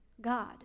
God